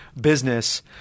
business